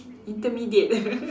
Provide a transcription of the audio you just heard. intermediate